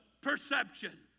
perception